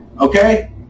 Okay